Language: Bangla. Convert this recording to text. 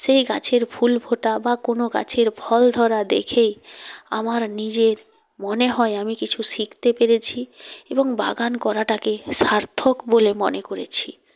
সেই গাছের ফুল ফোটা বা কোনও গাছের ফল ধরা দেখেই আমার নিজের মনে হয় আমি কিছু শিখতে পেরেছি এবং বাগান করাটাকে সার্থক বলে মনে করেছি